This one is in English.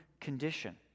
condition